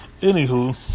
anywho